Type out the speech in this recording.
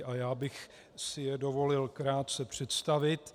A já bych si je dovolil krátce představit.